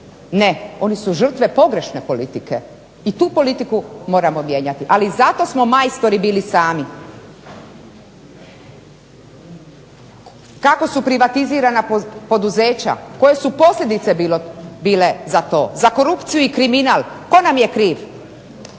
Ne. Oni su žrtve pogrešne politike i tu politiku moramo mijenjati, ali zato smo majstori bili sami. Kako su privatizirana poduzeća, koje su posljedice bile za to, za korupciju i kriminal tko nam je kriv,